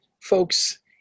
Folks